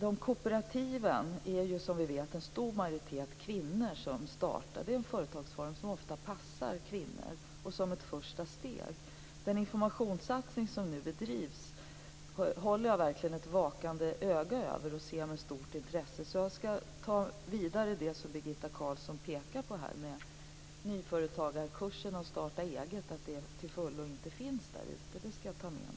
En stor majoritet av kooperativen är det kvinnor som startar, som vi vet. Det är en företagsform som ofta passar kvinnor och som är ett första steg. Den informationssatsning som nu bedrivs håller jag verkligen ett vakande öga på, och jag ser med stort intresse på den. Jag skall se vidare på detta att nyföretagarkurser och starta-eget-kurser inte finns till fullo, som Birgitta Carlsson pekar på. Jag skall ta detta med mig.